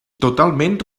totalment